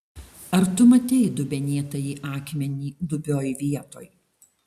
ar tu matei dubenėtąjį akmenį dubioj vietoj